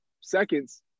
seconds